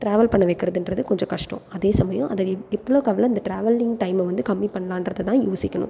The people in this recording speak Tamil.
டிராவல் பண்ண வைக்கிறதுன்றது கொஞ்சம் கஷ்டம் அதே சமயம் அதை எவ்வளோக்கு எவ்வளோ அந்த டிராவலிங் டைமை வந்து கம்மி பண்ணலாங்கிறது தான் யோசிக்கணும்